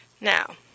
Now